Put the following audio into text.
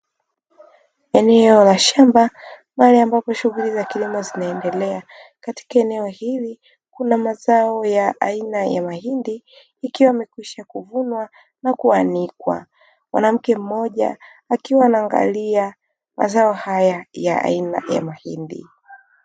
Eneo la shamba pale ambapo shughuli za kilimo zinaendelea katika eneo hili kuna mazao ya aina ya mahindi, ikiwa imekwisha kuvunwa na kuanikwa mwanamke mmoja akiwa anaangalia mazao haya ya aina ya mahindi.